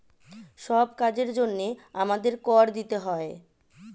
সব কাজের জন্যে আমাদের কর দিতে হয়